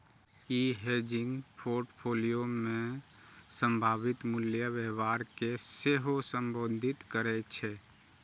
ई hedging portfolio मे संभावित मूल्य व्यवहार कें सेहो संबोधित करै छै